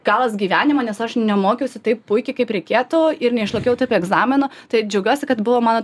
galas gyvenimo nes aš mokiausi taip puikiai kaip reikėtų ir neišlaikiau taip egzamino tai ir džiaugiuosi kad buvo mano